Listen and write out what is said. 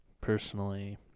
Personally